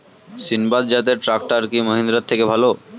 সিণবাদ জাতের ট্রাকটার কি মহিন্দ্রার থেকে ভালো?